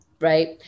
Right